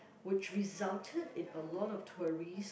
which resulted in a lot of tourist